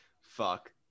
Fuck